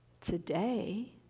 today